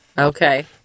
okay